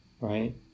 right